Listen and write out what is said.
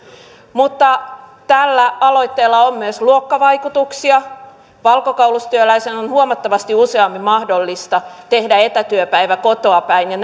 mutta tällä aloitteella on myös luokkavaikutuksia valkokaulustyöläisen on huomattavasti useammin mahdollista tehdä etätyöpäivä kotoapäin ja